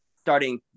starting